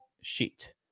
sheet